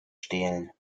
stehlen